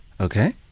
Okay